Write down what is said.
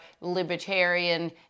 Libertarian